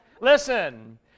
Listen